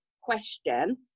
question